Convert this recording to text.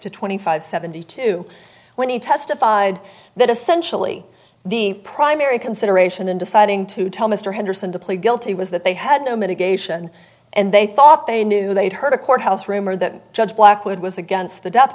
to twenty five seventy two when he testified that essentially the primary consideration in deciding to tell mr henderson to plead guilty was that they had no mitigation and they thought they knew they'd heard a courthouse rumor that judge blackwood was against the death